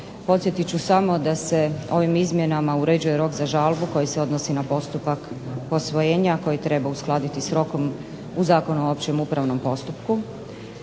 Podsjetit ću samo da se ovim izmjenama uređuje rok za žalbu koji se odnosi na postupak posvojenja koji treba uskladiti s rokom u Zakonu o općem upravnom postupku,